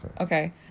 Okay